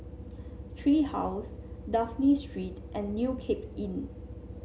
Tree House Dafne Street and New Cape Inn